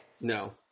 No